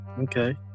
Okay